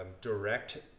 direct